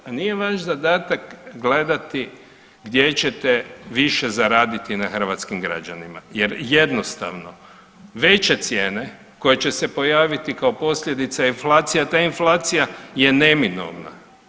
A nije vaš zadatak gledati gdje ćete više zaraditi na hrvatskim građanima, jer jednostavno veće cijene koje će se pojaviti kao posljedica inflacija, ta inflacija je neminovna.